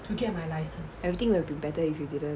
everything will be better if you didn't